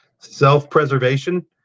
self-preservation